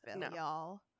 y'all